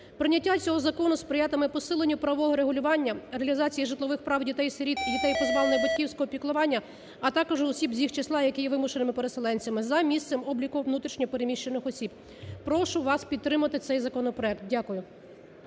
Прийняття цього закону сприятиме посиленню правового регулювання реалізації житлових прав дітей-сиріт і дітей, позбавлених батьківського піклування, а також осіб з їх числа, які є вимушеними переселенцями за місцем обліку внутрішньо переміщених осіб. Прошу вас підтримати цей законопроект. Дякую.